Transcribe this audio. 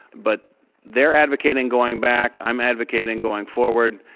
but they're advocating going back. i'm advocating going forward.